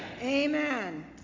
Amen